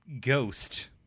ghost